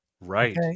Right